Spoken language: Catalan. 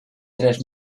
tres